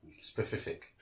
Specific